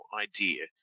idea